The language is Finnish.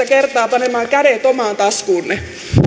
kertaa panemaan kädet omaan taskuunne